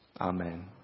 amen